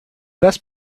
best